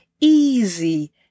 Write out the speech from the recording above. easy